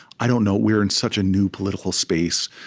i don't know. we're in such a new political space,